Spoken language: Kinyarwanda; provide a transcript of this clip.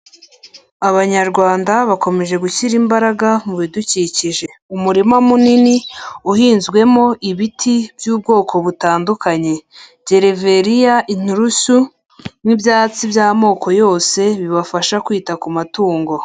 Abanyarwanda bakomeje gushyira imbaraga mu bidukikije, umurima munini uhinzwemo ibiti by'ubwoko butandukanye gereveriya, inturusu n'ibyatsi by'amoko yose bibafasha kwita ku matungo.